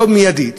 לא מיידית,